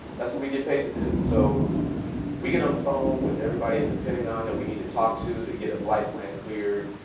that's what we get paid to do. so we get on the phone with everybody at the pentagon that we need to talk to to get a flight plan cleared.